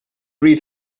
read